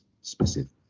specific